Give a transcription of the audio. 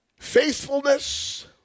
faithfulness